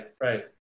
right